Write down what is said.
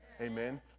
Amen